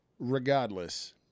regardless